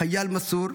חייל מסור.